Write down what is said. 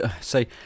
say